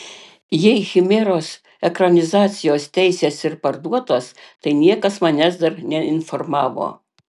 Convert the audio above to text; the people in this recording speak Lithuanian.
jei chimeros ekranizacijos teisės ir parduotos tai niekas manęs dar neinformavo